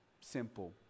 Simple